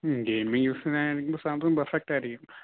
മ്മ് daily യൂസിന് ആയിരിക്കുമ്പോൾ Samsung perfect ആയിരിക്കും